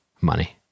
money